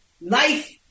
life